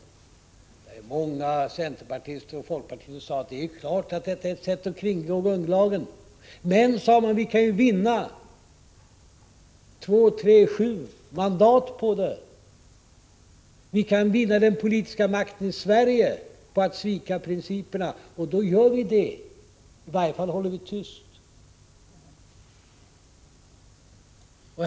Det var många centerpartister och folkpartister som sade att det är klart att detta är ett sätt att kringgå grundlagen, men — sade man -— vi kan vinna två, tre eller sju mandat på det, vi kan vinna den politiska makten i Sverige på att svika principerna, och då gör vi det. I varje fall håller vi tyst.